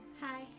Hi